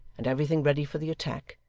and everything ready for the attack,